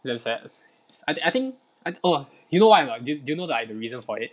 damn sad I think I think I oh you know why or not do you do you know like the reason for it